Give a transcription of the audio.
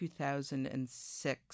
2006